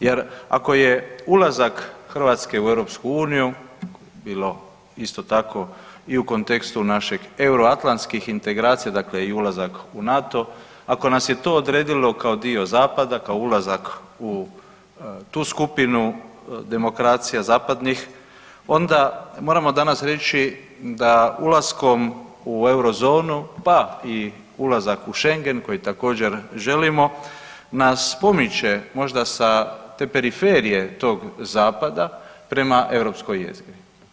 Jer ako je ulazak Hrvatske u EU bilo isto tako i u kontekstu naših euroatlantskih integracija dakle i ulazak u NATO, ako nas je to odredilo kao dio zapada, kao ulazak u tu skupinu demokracija zapadnih onda moramo danas reći da ulaskom u eurozonu, pa i ulazak u Schengen koji također želimo nas pomiče možda sa te periferije tog zapada prema europskoj jezgri.